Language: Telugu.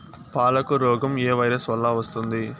పాలకు రోగం ఏ వైరస్ వల్ల వస్తుంది?